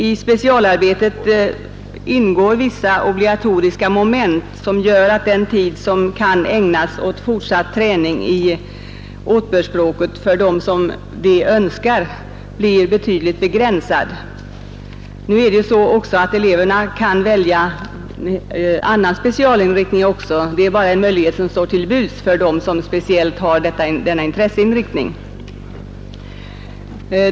I specialarbetet ingår vissa obligatoriska moment som gör att den tid som kan ägnas åt fortsatt träning i åtbördsspråket för den som så önskar blir betydligt mindre än 110 timmar. Vidare kan eleverna välja annan specialinriktning — detta är bara en möjlighet som står till buds för dem som speciellt har denna intresseinriktning.